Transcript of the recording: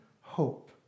hope